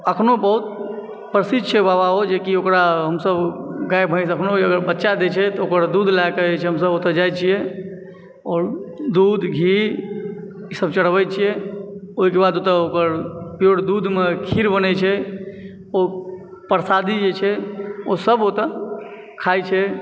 अखनो बहुत प्रसिद्ध छै बाबा ओ जेकि ओकरा हमसभ गाय भैस अखनो अगर बच्चा दय छै तऽ ओकर दूध लयके जे छै से हमसभ ओतए जाय छियै आओर दूध घी ईसभ चढ़बय छियै ओहिके बाद ओतए ओकर प्योर दूधमऽ खीर बनय छै ओ प्रसादी जे छै से ओसभ ओतए खाइ छै